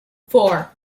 four